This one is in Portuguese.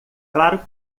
claro